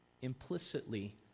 implicitly